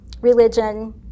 religion